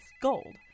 gold